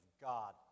God